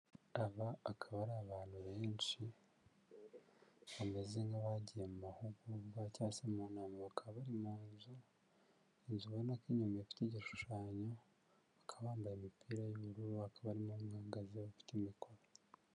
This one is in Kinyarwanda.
Aba akaba ari abantu benshi bameze nk'abagiye mu mahugurwa cyangwa se mu nama bakaba bari mu nzu inzu ubona ko anyuma ifite igishushanyo, bakaba bambaye imipira y'ubururu hakabamo n'uhagaze afite mikoro.